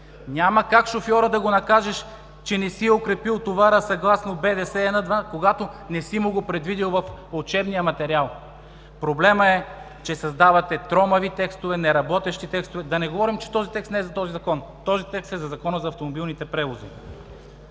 Няма как да накажеш шофьора, че не си е укрепил товара съгласно БДС, когато не си му го предвидил в учебния материал. Проблемът е, че създавате тромави текстове, неработещи текстове, да не говорим, че този текст не е за този Закон. Този текст е за Закона за автомобилните превози.